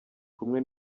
kumwe